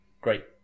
great